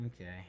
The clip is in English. Okay